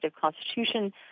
Constitution